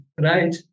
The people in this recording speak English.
right